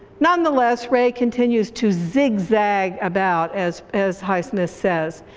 nonetheless, ray continues to zigzag about as as highsmith says.